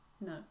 no